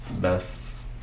Beth